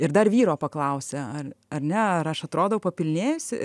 ir dar vyro paklausia ar ar ne ar aš atrodau papilnėjusi